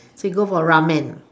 so you go for ramen ah